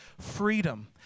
freedom